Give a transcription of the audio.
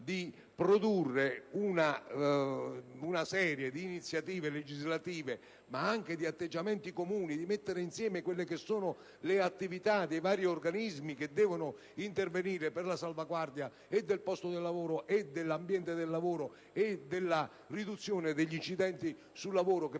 di produrre una serie di iniziative legislative e di atteggiamenti comuni, mettendo insieme le attività dei vari organismi che devono intervenire per la salvaguardia del posto e dell'ambiente di lavoro e per la riduzione degli incidenti sul lavoro che,